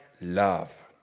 love